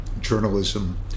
journalism